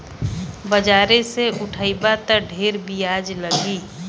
बाजारे से उठइबा त ढेर बियाज लगी